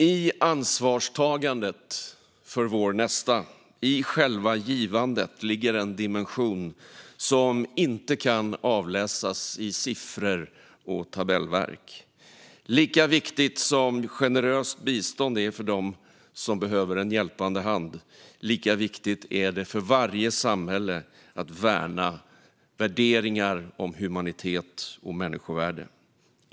I ansvarstagandet för vår nästa, i själva givandet, ligger en dimension som inte kan avläsas i siffror och tabellverk. Lika viktigt som ett generöst bistånd är för dem som behöver en hjälpande hand, lika viktigt är det för varje samhälle att värna värderingar om humanitet och människovärde.